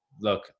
look